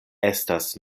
estas